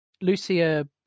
Lucia